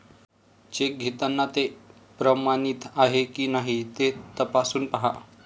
check घेताना ते प्रमाणित आहे की नाही ते तपासून पाहा